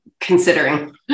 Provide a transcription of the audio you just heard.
considering